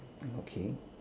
okay